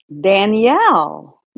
Danielle